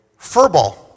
Furball